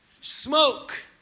Smoke